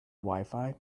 wifi